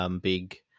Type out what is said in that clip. big